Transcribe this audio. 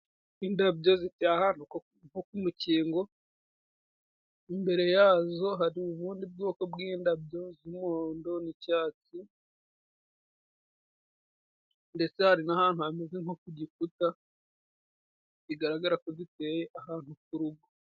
Indabyo ziteye nko mukingo, imbere yazo hari ubundi bwoko bw'indabyo z'umuhondo n'icyatsi. Ndetse, hari n'ahantu hameze nko kugikuta, bigaragara ko ziteye ahantu kurugo.